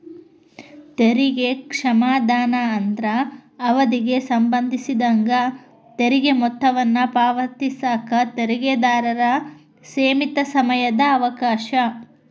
ತೆರಿಗೆ ಕ್ಷಮಾದಾನ ಅಂದ್ರ ಅವಧಿಗೆ ಸಂಬಂಧಿಸಿದಂಗ ತೆರಿಗೆ ಮೊತ್ತವನ್ನ ಪಾವತಿಸಕ ತೆರಿಗೆದಾರರ ಸೇಮಿತ ಸಮಯದ ಅವಕಾಶ